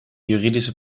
juridische